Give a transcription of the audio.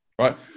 Right